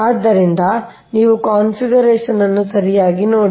ಆದ್ದರಿಂದ ನೀವು ಕಾನ್ಫಿಗರೇಶನ್ ಅನ್ನು ಸರಿಯಾಗಿ ನೋಡಿ